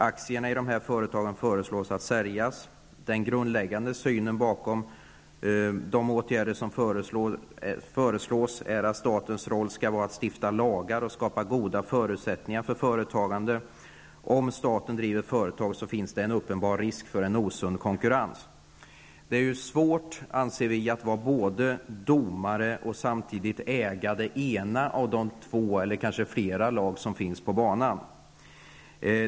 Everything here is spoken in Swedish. Aktierna i dessa företag föreslås säljas. Den grundläggande synen bakom de åtgärder som föreslås är att statens roll skall vara att stifta lagar och skapa goda förutsättningar för företagandet. Om staten driver företag finns det en uppenbar risk för en osund konkurrens. Det är svårt, anser vi, att vara både domare och ägare till det ena av de två eller flera lag som finns på banan.